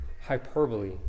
hyperbole